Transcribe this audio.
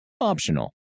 Optional